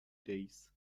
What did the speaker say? days